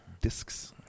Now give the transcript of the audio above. discs